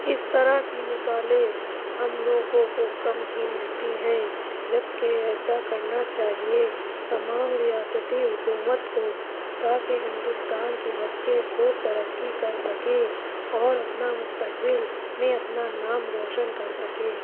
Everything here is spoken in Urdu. اس طرح کی مثالیں ہم لوگوں کو کم ہی ملتی ہیں جبکہ ایسا کرنا چاہیے تمام ریاستی حکومت کو تاکہ ہندوستان کے بچے خوب ترقی کر سکیں اور اپنا مستقبل میں اپنا نام روشن کر سکیں